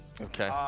Okay